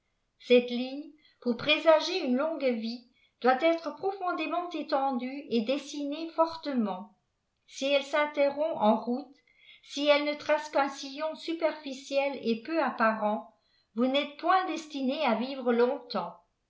cette ligne pour présager une longue yie doit être profondément étendue et dessinée fortement si elle s'interrompt en route si elle ne trace qu'un sillon superficiel et peu apparent vous n'êtes point destiné à vivre longtemps